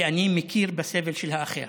כי אני מכיר בסבל של האחר.